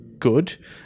Good